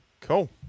cool